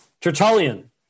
Tertullian